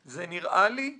"זה נראה לי הזוי.